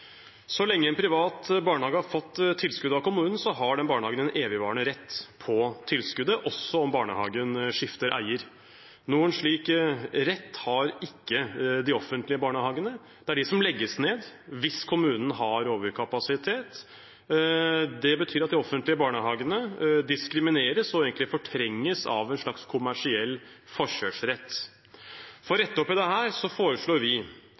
Så lenge en privat barnehage har fått tilskudd av kommunen, har den barnehagen en evigvarende rett på tilskuddet, også om barnehagen skifter eier. Noen slik rett har ikke de offentlige barnehagene. Det er de som legges ned hvis kommunen har overkapasitet. Det betyr at de offentlige barnehagene diskrimineres og egentlig fortrenges av en slags kommersiell forkjørsrett. For å rette opp i dette foreslår vi